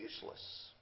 useless